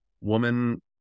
woman